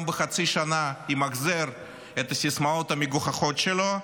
בחצי שנה ימחזר את הסיסמאות המגוחכות שלו,